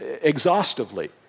exhaustively